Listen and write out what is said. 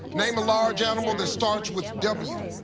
name a large animal that starts with w.